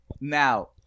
Now